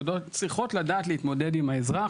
צריכות לדעת להתמודד עם האזרח,